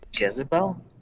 Jezebel